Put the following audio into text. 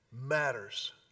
matters